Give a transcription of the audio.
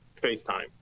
FaceTime